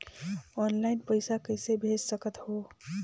Online पइसा कइसे भेज सकत हो?